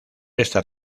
esas